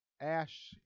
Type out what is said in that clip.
ash